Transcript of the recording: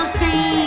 see